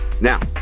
Now